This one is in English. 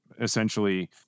essentially